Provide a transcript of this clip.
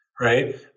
right